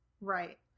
right